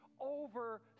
over